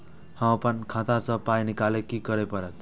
हम आपन खाता स पाय निकालब की करे परतै?